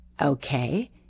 Okay